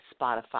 Spotify